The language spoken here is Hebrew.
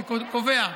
שקובע: